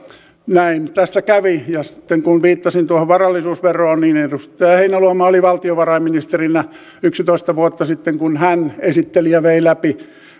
näin tässä kävi ja sitten kun viittasin tuohon varallisuusveroon niin edustaja heinäluoma oli valtiovarainministerinä yksitoista vuotta sitten kun hän esitteli ja vei läpi